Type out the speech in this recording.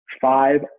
five